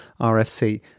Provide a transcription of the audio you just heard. RFC